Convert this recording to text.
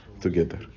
together